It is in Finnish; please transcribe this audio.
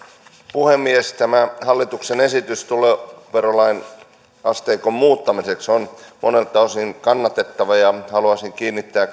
puhemies tämä hallituksen esitys tuloverolain asteikon muuttamiseksi on monelta osin kannatettava haluaisin kiinnittää